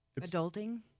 adulting